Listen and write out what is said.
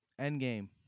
Endgame